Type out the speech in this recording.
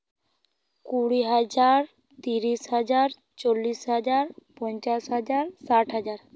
ᱠᱩᱲᱤ ᱦᱟᱡᱟᱨ ᱛᱤᱨᱤᱥ ᱦᱟᱡᱟᱨ ᱪᱚᱞᱞᱤᱥ ᱦᱟᱡᱟᱨ ᱯᱚᱧᱪᱟᱥ ᱦᱟᱡᱟᱨ ᱥᱟᱴ ᱦᱟᱡᱟᱨ